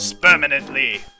permanently